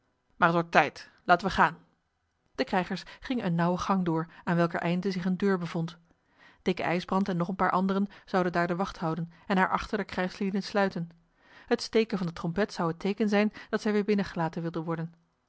maar t wordt tijd laten we gaan de krijgers gingen eene nauwe gang door aan welker einde zich eene deur bevond dikke ijsbrand en nog een paar anderen zouden daar de wacht houden en haar achter de krijgslieden sluiten het steken van de trompet zou het teeken zijn dat zij weer binnengelaten wilden worden